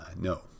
no